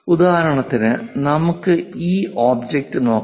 ഉദാഹരണത്തിന് നമുക്ക് ഈ ഒബ്ജക്റ്റ് നോക്കാം